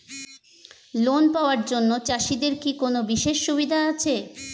Loan পাওয়ার জন্য চাষিদের কি কোনো বিশেষ সুবিধা আছে?